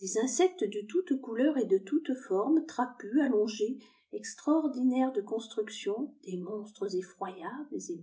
des insectes de toutes couleurs et de toutes formes trapus allongés extraordmaires de construction des monstres effroyables et